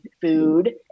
food